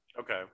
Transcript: Okay